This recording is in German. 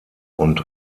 und